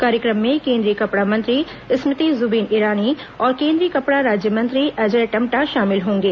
कार्यक्रम में केन्द्रीय कपड़ा मंत्री स्मृति जुबिन ईरानी और केन्द्रीय कपड़ा राज्यमंत्री अजय टमटा शामिल होंगे